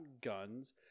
guns